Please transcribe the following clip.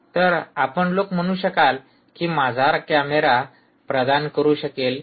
तर आपण लोक म्हणू शकाल की माझा कॅमेरा प्रदान करू शकेल 0